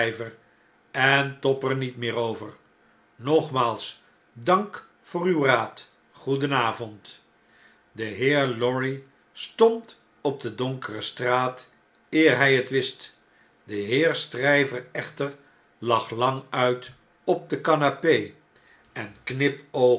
en tob er niet meer over nogmaals dank voor uw raad goedenavond de heer lorry stond op de donkere straat eer hjj het wist de heer stryver echter lag lang uit op de canape en knipoogde